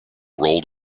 rolled